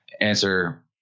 answer